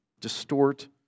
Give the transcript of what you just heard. distort